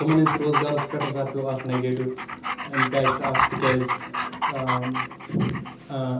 تِمَن ہِنٛدِس روزگارَس پٮ۪ٹھ ہَسا پیو اَکھ نَگیٹِو اِمپیکٹ اَکھ تِکیٛازِ